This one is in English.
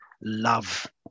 love